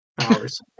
hours